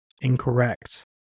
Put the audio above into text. Incorrect